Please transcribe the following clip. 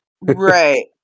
Right